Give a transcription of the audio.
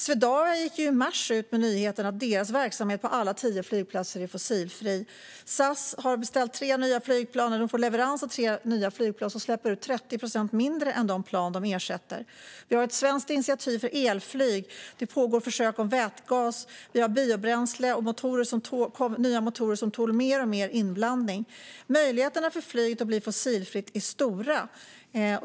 I mars gick ju Swedavia ut med nyheten att deras verksamhet på alla tio flygplatser är fossilfri, och SAS får tre nya flygplan levererade som släpper ut 30 procent mindre än de plan de ersätter. Vi har ett svenskt initiativ för elflyg, och det pågår försök med vätgas. Vi har biobränsle och nya motorer som tål mer och mer inblandning. Möjligheterna för flyget att bli fossilfritt är stora.